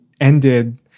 ended